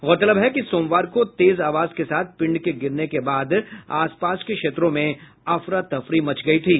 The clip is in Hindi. गौरतलब है कि सोमवार को तेज आवाज के साथ पिंड के गिरने के बाद आसपास के क्षेत्रों में अफरा तफरी मच गयी थी